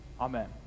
Amen